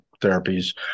therapies